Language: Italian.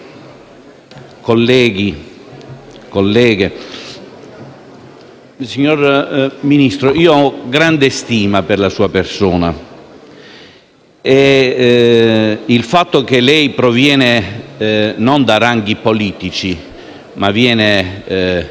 colleghi, colleghe; signor Ministro, ho grande stima per la sua persona e il fatto che lei provenga non da ranghi politici, ma dal